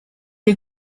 est